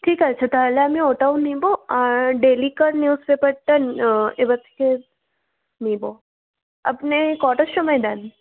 ঠিক আছে তাহলে আমি ওটাও নেব আর ডেলিকার নিউজ পেপারটা এবার থেকে নেব আপনি কটার সময় দেন